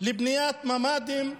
לבניית ממ"דים בנגב.